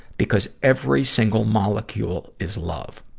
because every single molecule is love.